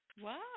Wow